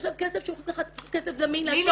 יש להם כסף שהם יכולים לקחת כסף זמין לעשות.